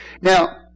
Now